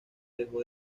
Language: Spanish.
dejó